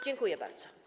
Dziękuję bardzo.